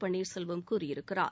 பன்னீர்செல்வம் கூறியிருக்கிறார்